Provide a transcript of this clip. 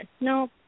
no